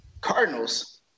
Cardinals